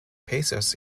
pacers